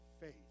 faith